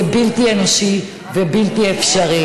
זה בלתי אנושי ובלתי אפשרי.